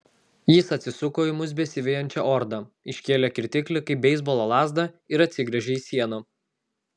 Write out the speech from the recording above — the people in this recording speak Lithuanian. jis atsisuko į mus besivejančią ordą iškėlė kirtiklį kaip beisbolo lazdą ir atsigręžė į sieną